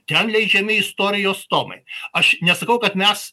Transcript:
ten leidžiami istorijos tomai aš nesakau kad mes